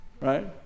right